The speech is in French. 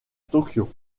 tokyo